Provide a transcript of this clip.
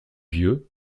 vieux